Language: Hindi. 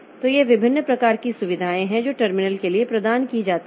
तो ये विभिन्न प्रकार की सुविधाएं हैं जो टर्मिनल के लिए प्रदान की जाती हैं